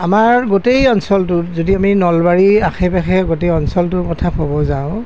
আমাৰ গোটেই অঞ্চলটোত যদি আমি নলবাৰীৰ আশে পাশে গোটেই অঞ্চলটোৰ কথা ক'ব যাওঁ